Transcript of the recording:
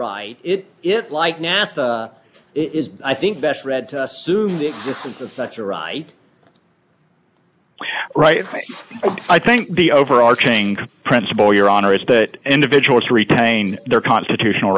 right it it like nasa is i think best read to assume the existence of such a right right i think the overarching principle your honor is that individuals retain their constitutional